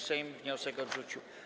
Sejm wniosek odrzucił.